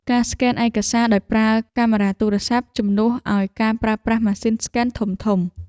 ការស្កេនឯកសារដោយប្រើកាមេរ៉ាទូរស័ព្ទ ជំនួសឱ្យការប្រើប្រាស់ម៉ាស៊ីនស្កេនធំៗ។